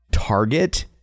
target